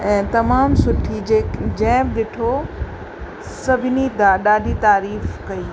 ऐं तमामु सुठी जेकी जंहिं बि ॾिठो सभिनी ॾा ॾाढी तारीफ़ कई